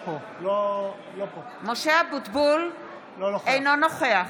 משה אבוטבול, אינו נוכח